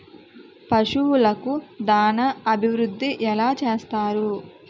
పశువులకు దాన అభివృద్ధి ఎలా చేస్తారు?